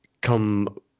come